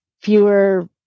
fewer